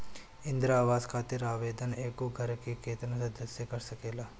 इंदिरा आवास खातिर आवेदन एगो घर के केतना सदस्य कर सकेला?